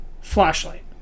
flashlight